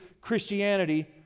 Christianity